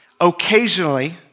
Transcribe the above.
Occasionally